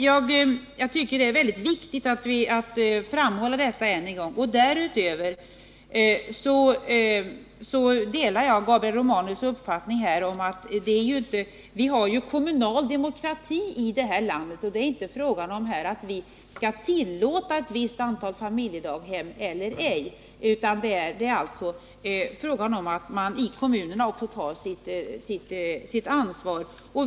Jag tycker att det är väldigt viktigt att framhålla detta än en gång. Därutöver delar jag Gabriel Romanus uppfattning om att vi har kommunal demokrati i det här landet och att det inte är fråga om huruvida vi skall tillåta ett visst antal familjedaghem eller ej, utan det är fråga om att man i kommunerna tar sitt ansvar.